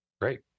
great